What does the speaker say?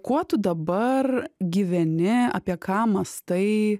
kuo tu dabar gyveni apie ką mąstai